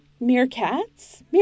Meerkats